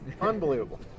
Unbelievable